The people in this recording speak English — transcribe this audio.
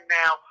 now